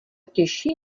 těžší